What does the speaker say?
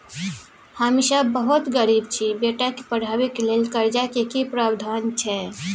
हम सब बहुत गरीब छी, बेटा के पढाबै के लेल कर्जा के की प्रावधान छै?